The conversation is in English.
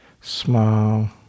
smile